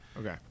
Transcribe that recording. Okay